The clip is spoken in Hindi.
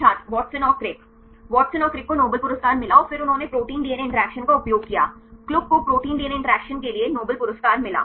छात्र वाटसन और क्रिक वाटसन और क्रिक को नोबेल पुरस्कार मिला और फिर उन्होंने प्रोटीन डीएनए इंटरैक्शन का उपयोग किया क्लुग को प्रोटीन डीएनए इंटरैक्शन के लिए नोबेल पुरस्कार मिला